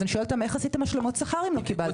אז אני שואלת אותם אז איך עשיתם השלמות שכר אם לא קיבלתם?